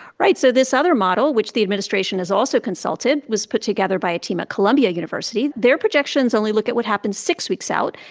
right. so this other model, which the administration has also consulted, was put together by a team at columbia university. their projections only look at what happens six weeks out,